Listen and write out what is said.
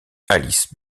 alice